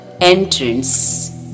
entrance